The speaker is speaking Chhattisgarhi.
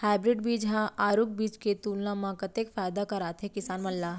हाइब्रिड बीज हा आरूग बीज के तुलना मा कतेक फायदा कराथे किसान मन ला?